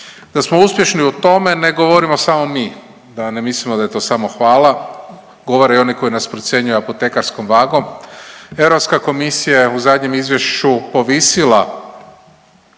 Da smo uspješni u tome ne govorimo samo mi, da ne mislimo da je to samo hvala. Govore i oni koji nas procjenjuju apotekarskom vagom. Europska komisija je u zadnjem izvješću povisila